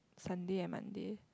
Sunday and Monday